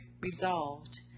resolved